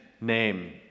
name